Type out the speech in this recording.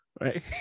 Right